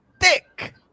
Thick